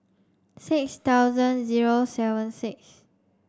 six thousand zero seven six